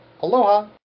aloha